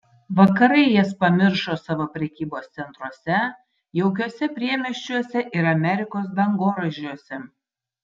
vakarai jas pamiršo savo prekybos centruose jaukiuose priemiesčiuose ir amerikos dangoraižiuose